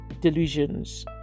delusions